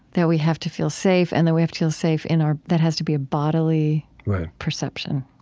that we have to feel safe and that we have to feel safe in our that has to be a bodily perception,